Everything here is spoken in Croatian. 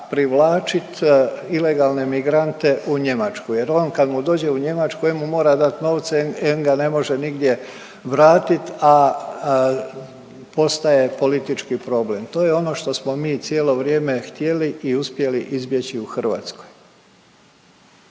privlačit ilegalne migrante u Njemačku jer on kad mu dođe u Njemačku em mu mora dat novce, em ga ne može nigdje vratit, a postaje politički problem. To je ono što smo mi cijelo vrijeme htjeli i uspjeli izbjeći u Hrvatskoj.